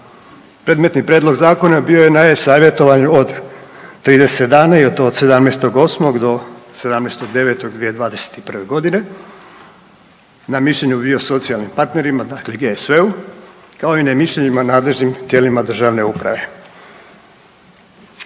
Predmetni prijedlog zakona bio je na e- savjetovanju od 30 dana i to od 17.8. do 17.9.2021. godine. Na mišljenju je bio socijalnim partnerima dakle, GSV-e kao i ne mišljenjima nadležnim državnim